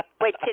Wait